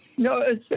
No